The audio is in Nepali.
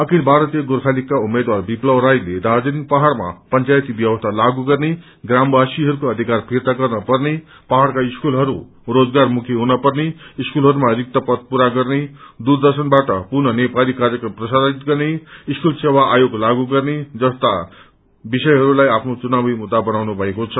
अखिल भारतीय गोर्खा लीगका उम्मेद्वार विप्लव राईले दार्जीलिङ पहाङमा पंचायती व्यवस्था लागू गर्ने ग्रामवासीहरूको अधिकार फिर्ता गर्न पर्ने पहाङको स्कूलहरू रोजगार मुखी हुन पर्ने स्कूलहरूमा रिक्त पद पूरा गर्ने दूरदर्सनबाट पुनः नेपाली कार्यक्रम प्रसारित गर्ने स्कूल सेवा आयोग लागू गर्ने जस्ता विषयहरूलाई आफ्नो चुनावी मुद्दा बनाएका छन्